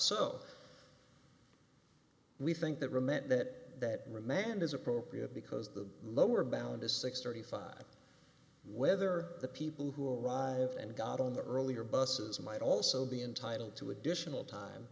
so we think that remember that remand is appropriate because the lower ballot is six thirty five whether the people who arrived and got on the earlier buses might also be entitled to additional time